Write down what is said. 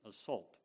assault